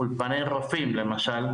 אולפני רופאים למשל,